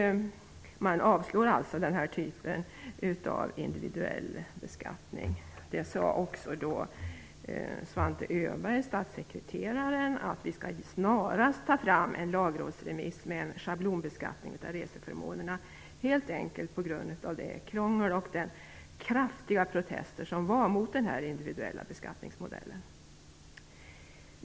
Man avslår alltså denna typ av individuell beskattning. Svante Öberg, statssekreterare, har sagt att vi snarast skall ta fram en lagrådsremiss med en schablonbeskattning av reseförmånerna helt enkelt på grund av krånglet med och de kraftiga protesterna emot denna individuella beskattningsmodell.